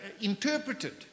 interpreted